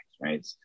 right